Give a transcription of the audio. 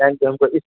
تھین ی ہم کول اس